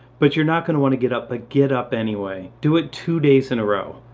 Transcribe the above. but you're not going to want to get up, but get up anyway. do it two days in a row.